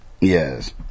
Yes